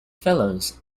fellows